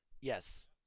Yes